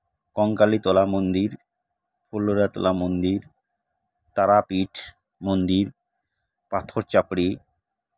ᱠᱚᱝᱠᱟᱞᱤᱛᱚᱞᱟ ᱢᱚᱱᱫᱤᱨ ᱠᱩᱞᱳᱨᱟ ᱛᱚᱞᱟ ᱢᱚᱱᱫᱤᱨ ᱛᱟᱨᱟᱯᱤᱴᱷ ᱢᱚᱱᱫᱤᱨ ᱯᱟᱛᱷᱚᱨ ᱪᱟᱯᱲᱤ